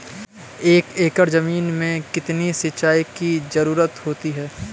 एक एकड़ ज़मीन में कितनी सिंचाई की ज़रुरत होती है?